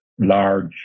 large